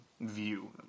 view